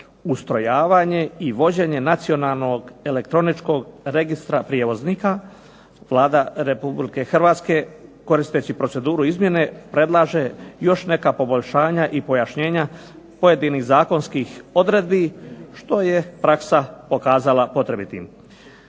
ustrojavanje i vođenje nacionalnog elektroničkog registra prijevoznika Vlada Republike Hrvatske koristeći proceduru izmjene predlaže još neka poboljšanja i pojašnjenja pojedinih zakonskih odredbi što je praksa pokazala potrebitim.